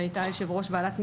שהייתה יושב ראש ועדת משנה,